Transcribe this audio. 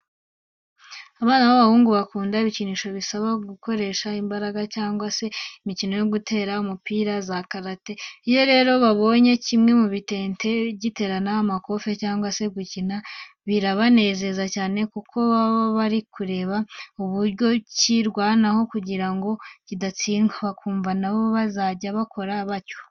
Abana b'abahungu bakunda ibikinisho bibasaba gukoresha imbaraga cyangwa se imikino yo gutera umupira na za karate, iyo rero babonye kimwe mu bitente giterana amakofe cyangwa se gikina birabanezeza cyane kuko baba bari kureba uburyo cyirwanaho kugira ngo kidatsindwa, bakumva na bo bazajya bakora batyo.